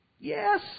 Yes